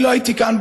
אני לא הייתי כאן,